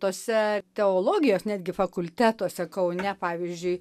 tuose teologijos netgi fakultetuose kaune pavyzdžiui